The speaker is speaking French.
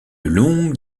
longue